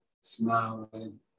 smiling